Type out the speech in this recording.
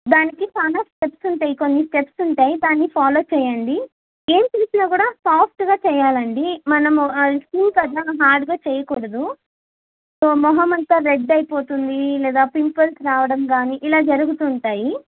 దానికి చాలా స్టెప్స్ ఉంటాయి కొన్ని స్టెప్స్ ఉంటాయి దాన్ని ఫాలో చెయ్యండి ఏం చేసినా కూడా సాఫ్ట్గా చెయ్యాలండి మనము స్కిన్ కదా హార్డ్గా చేయకూడదు సో మొహమంతా రెడ్ అయిపోతుంది లేదా పింపుల్స్ రావడం గానీ ఇలా జరుగుతుంటాయి